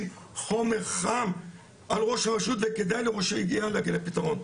חומר חם על ראש הרשות וכדאי לראש העירייה להגיע לפתרון.